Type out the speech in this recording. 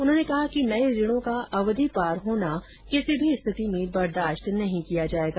उन्होंने कहा कि नये ऋणों का अवधिपार होना किसी भी स्थिति में बर्दाश्त नहीं किया जाएगा